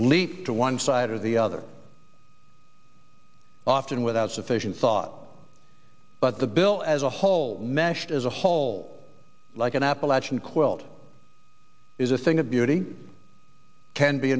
lead to one side or the other often without sufficient thought but the bill as a whole mashed as a whole like an appalachian quilt is a thing of beauty can be